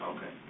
Okay